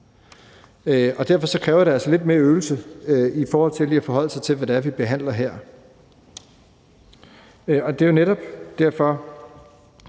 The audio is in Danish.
Derfor kræver det altså lidt mere øvelse at forholde sig til, hvad det er, vi behandler her. Det er jo netop derfor,